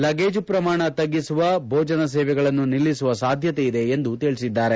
luggage ಪ್ರಮಾಣ ತಗ್ಗಿಸುವ ಭೋಜನ ಸೇವೆಗಳನ್ನು ನಿಲ್ಲಿಸುವ ಸಾಧ್ಯತೆಯಿದೆ ಎಂದು ತಿಳಿಸಿದ್ದಾರೆ